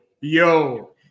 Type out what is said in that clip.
Yo